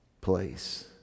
place